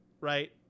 Right